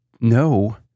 No